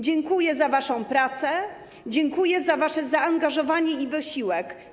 Dziękuję za waszą pracę, dziękuję za wasze zaangażowanie i wysiłek.